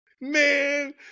man